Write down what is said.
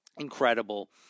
Incredible